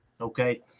Okay